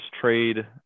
trade